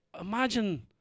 imagine